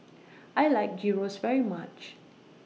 I like Gyros very much